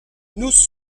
nous